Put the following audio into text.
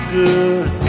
good